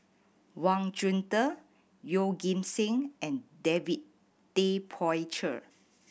Wang Chunde Yeoh Ghim Seng and David Tay Poey Cher